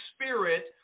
Spirit